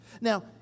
Now